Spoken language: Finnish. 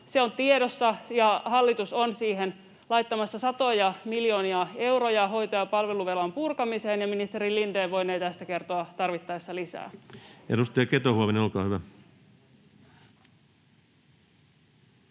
se on tiedossa, ja hallitus on laittamassa satoja miljoonia euroja hoito- ja palveluvelan purkamiseen, ja ministeri Lindén voinee tästä kertoa tarvittaessa lisää. Edustaja Keto-Huovinen, olkaa hyvä.